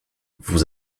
vous